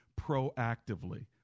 proactively